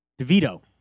DeVito